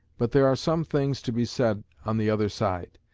but there are some things to be said on the other side.